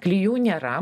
klijų nėra